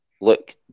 look